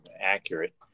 accurate